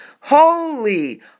Holy